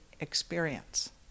experience